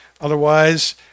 Otherwise